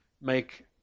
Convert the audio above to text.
make